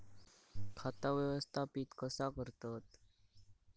खाता व्यवस्थापित कसा करतत?